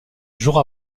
jour